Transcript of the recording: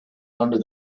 under